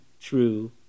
true